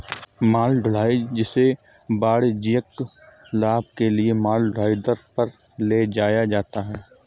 माल ढुलाई, जिसे वाणिज्यिक लाभ के लिए माल ढुलाई दर पर ले जाया जाता है